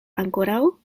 ankoraŭ